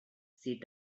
see